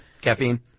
Caffeine